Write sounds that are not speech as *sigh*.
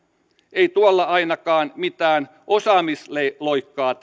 ei tuolla ainakaan mitään osaamisloikkaa *unintelligible*